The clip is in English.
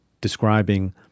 describing